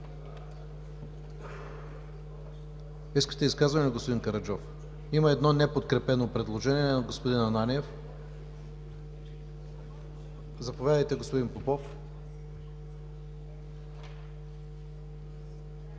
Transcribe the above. Искате изказване, господин Караджов? Има едно неподкрепено предложение на господин Ананиев. Заповядайте, господи Попов.